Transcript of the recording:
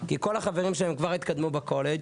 כי כל החברים שלהם כבר התקדמו בקולג'.